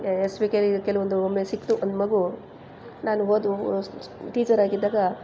S ವಿ ಕೆಲಿ ಕೆಲವೊಂದು ಒಮ್ಮೆ ಸಿಕ್ತು ಒಂದು ಮಗು ನಾನು ಹೋದೆವು ಟೀಚರಾಗಿದ್ದಾಗ